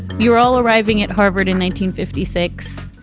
you're all arriving at harvard in nineteen fifty six.